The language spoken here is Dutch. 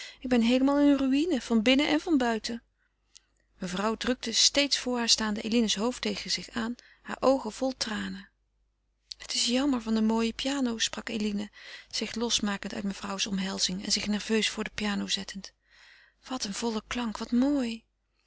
lach ik ben heelemaal een ruïne van binnen en van buiten mevrouw drukte steeds voor haar staande eline's hoofd tegen zich aan haar oogen vol tranen het is jammer van de mooie piano sprak eline zich losmakend uit mevrouws omhelzing en zich nerveus voor de piano zettend wat een volle klank wat mooi